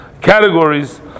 categories